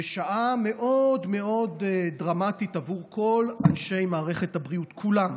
שעה מאוד מאוד דרמטית עבור כל אנשי מערכת הבריאות כולם,